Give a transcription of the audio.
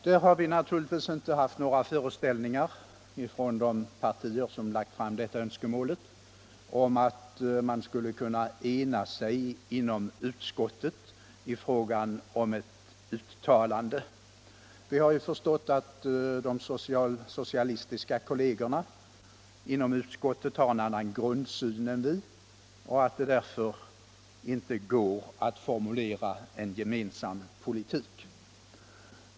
De partier som fört fram detta önskemål har naturligtvis inte haft några föreställningar om att man skulle kunna ena sig inom utskottet i fråga om ett uttalande. Vi vet att de socialistiska kollegerna inom utskottet har en annan grundsyn än vi och att det därför inte går att formulera en gemensam politik.